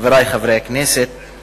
חברי חברי הכנסת,